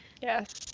Yes